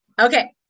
Okay